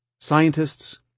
scientists